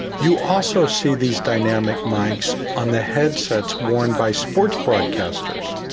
you also see these dynamic mics on the headsets worn by sports broadcasters.